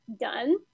done